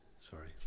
sorry